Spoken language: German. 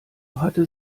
hatte